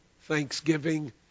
Thanksgiving